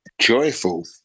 joyful